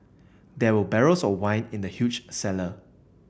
there were barrels of wine in the huge cellar